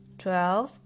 twelve